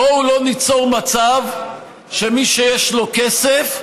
בואו לא ניצור מצב שמי שיש לו כסף,